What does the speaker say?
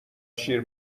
شیر